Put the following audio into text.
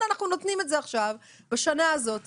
אנחנו נותנים את זה עכשיו בשנה הזאת,